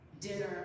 dinner